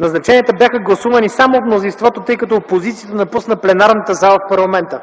Назначенията бяха гласувани само от мнозинството, тъй като опозицията напусна пленарната зала в парламента.